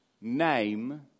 name